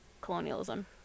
colonialism